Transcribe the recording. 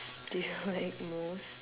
do you like most